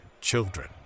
children